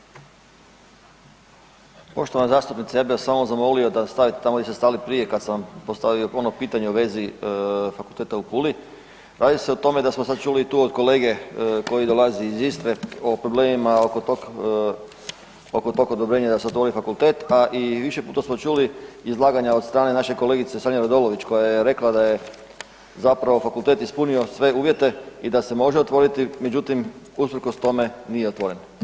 Poštovana zastupnice, ja bi vas samo zamolio da stanete tamo di ste stajali prije kad sam vam postavio ono pitanje u vezi fakulteta u Puli, radi se o tome da smo sad čuli tu od kolege koji dolazi iz Istre, o problemima oko tog odobrenja da se otvori fakultet a i više puta smo čuli izlaganja od strane naše kolegice Sanje Radolović koja je rekla da je zapravo fakultet ispunio sve uvjete i da se može otvoriti, međutim usprkos tome otvoren.